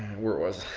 where was